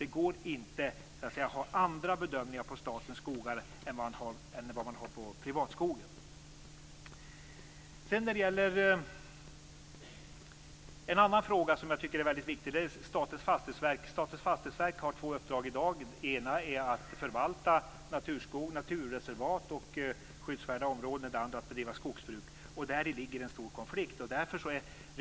Det går inte att ha andra bedömningar för statens skogar än för privatskogen. Statens fastighetsverk har två uppdrag i dag. Det ena är att förvalta naturskog, naturreservat och andra skyddsvärda områden, det andra är att bedriva skogsbruk. Däri ligger en stor konflikt.